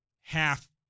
half